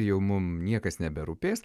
jau mum niekas neberūpės